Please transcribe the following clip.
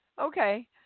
okay